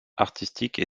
artistique